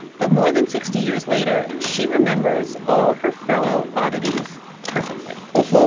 but more than sixty years later, she remembers all her fellow oddities perfectly